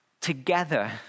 together